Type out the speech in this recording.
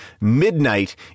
midnight